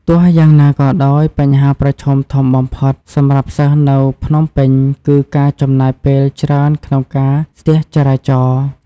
ទោះយ៉ាងណាក៏ដោយ បញ្ហាប្រឈមធំបំផុតសម្រាប់សិស្សនៅភ្នំពេញគឺការចំណាយពេលច្រើនក្នុងការស្ទះចរាចរណ៍។